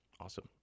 Awesome